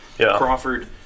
Crawford